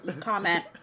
comment